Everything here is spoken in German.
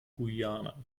guyana